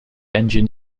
engine